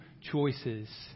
choices